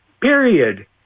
period